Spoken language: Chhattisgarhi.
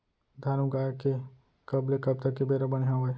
धान उगाए के कब ले कब तक के बेरा बने हावय?